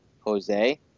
Jose